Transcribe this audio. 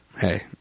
hey